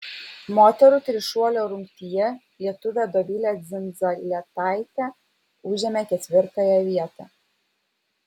moterų trišuolio rungtyje lietuvė dovilė dzindzaletaitė užėmė ketvirtąją vietą